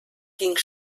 ging